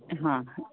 हां